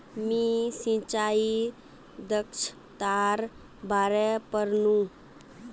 मी सिंचाई दक्षतार बारे पढ़नु